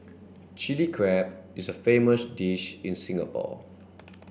Chilli Crab is a famous dish in Singapore